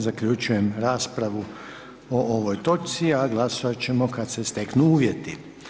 Time zaključujem raspravu o ovoj točci, a glasovati ćemo kada se steknu uvjeti.